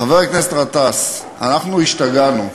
חבר הכנסת גטאס, אנחנו השתגענו,